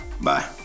Bye